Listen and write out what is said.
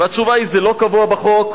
התשובה היא: זה לא קבוע בחוק,